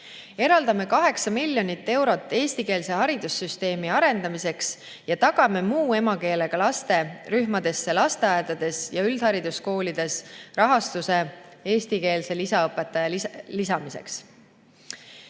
Eraldame 8 miljonit eurot eestikeelse haridussüsteemi arendamiseks ja tagame muu emakeelega laste rühmades lasteaedades ja üldhariduskoolides rahastuse eestikeelse lisaõpetaja palkamiseks.